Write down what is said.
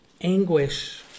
anguish